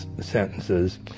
sentences